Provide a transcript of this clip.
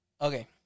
Okay